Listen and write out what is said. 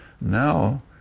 Now